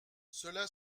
cela